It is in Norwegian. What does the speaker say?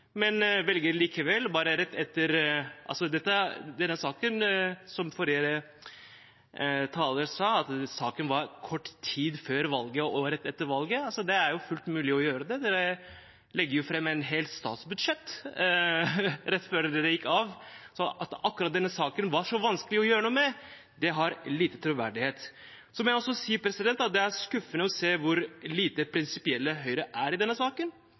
Denne saken var, som forrige taler sa, aktuell kort tid før valget og rett etter valget, så det var fullt mulig å gjøre det. De la jo fram et helt statsbudsjett rett før de gikk av, så at akkurat denne saken var så vanskelig å gjøre noe med, har lite troverdighet. Jeg må også si at det er skuffende å se hvor lite prinsipielle Høyre er i denne saken.